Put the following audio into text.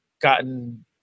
gotten